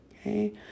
okay